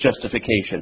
justification